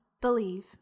Believe